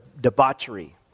debauchery